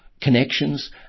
connections